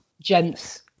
gents